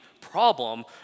problem